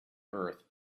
earth